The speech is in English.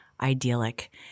idyllic